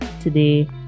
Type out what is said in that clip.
today